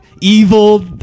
evil